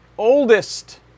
oldest